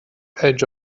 edge